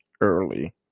early